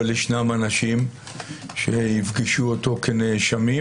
אבל יש אנשים שיפגשו אותו כנאשמים